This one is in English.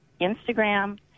Instagram